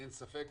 אין ספק,